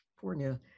California